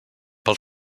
pel